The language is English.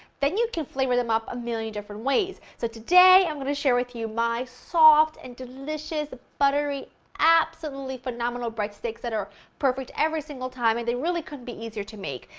then you can flavor them up a million different ways. so, today i'm going to share with you my soft and delicious, buttery absolutely phenomenal breadsticks that are perfect every single time and they really couldn't be easier to make.